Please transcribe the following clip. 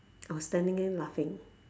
I was standing there laughing